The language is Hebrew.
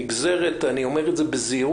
שנגזרת אני אומר את זה בזהירות,